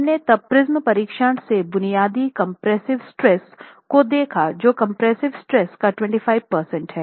हमने तब प्रिज्म परीक्षण से बुनियादी कंप्रेसिव स्ट्रेस को देखा जो कंप्रेसिव स्ट्रेसका 25 प्रतिशत था